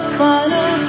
follow